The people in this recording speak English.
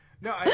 No